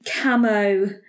camo